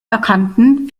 erkannten